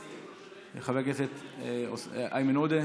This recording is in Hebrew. חבר הכנסת איימן עודה,